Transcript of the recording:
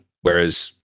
Whereas